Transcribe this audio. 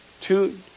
Two